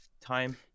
time